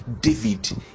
david